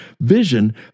vision